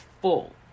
full